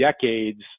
decades